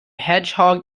hedgehog